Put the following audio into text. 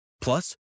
Plus